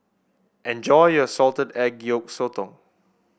enjoy your Salted Egg Yolk Sotong